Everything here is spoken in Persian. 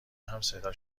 همصدا